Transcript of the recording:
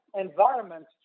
environments